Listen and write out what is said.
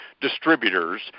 distributors